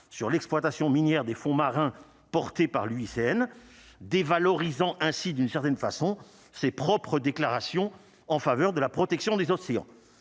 sur l'exploitation minière des fonds marins portés par l'UICN dévalorisant ainsi d'une certaine façon, ses propres déclarations en faveur de la protection des océans